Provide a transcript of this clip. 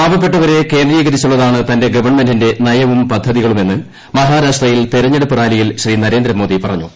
പാവപ്പെട്ടവരെ ക്കേന്ദ്രീകരിച്ചുള്ളതാണ് തന്റെ ഗവൺമെന്റിന്റെ നയവും പദ്ധതികളുമെന്ന് മഹാരാഷ്ട്രയിൽ തെരഞ്ഞെടുപ്പ് റാലിയിൽ ശ്രീ നരേന്ദ്രമോദി പറഞ്ഞു